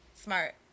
smart